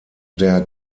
der